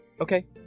Okay